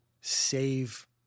save